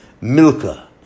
Milka